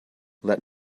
let